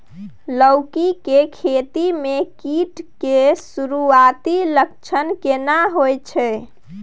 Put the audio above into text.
लौकी के खेती मे कीट के सुरूआती लक्षण केना होय छै?